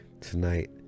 Tonight